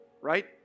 right